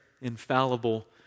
Infallible